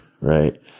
right